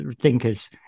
thinkers